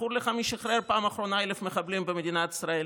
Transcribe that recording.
זכור לך מי שחרר פעם האחרונה 1,000 מחבלים במדינת ישראל?